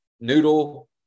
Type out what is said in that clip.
Noodle